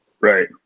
Right